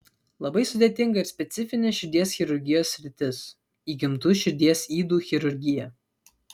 labai sudėtinga ir specifinė širdies chirurgijos sritis įgimtų širdies ydų chirurgija